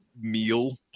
meal